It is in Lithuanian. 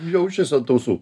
jaučiasi ant ausų